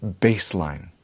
baseline